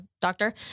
doctor